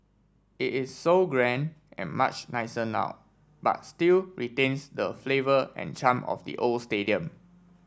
it is so grand and much nicer now but still retains the flavour and charm of the old stadium